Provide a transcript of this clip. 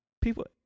people